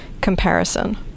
comparison